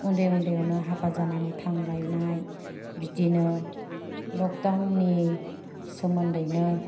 ओन्दै ओन्दैयावनो हाबा जानानै थांलायनाय बिदिनो लकडाउन नि सोमोन्दैनो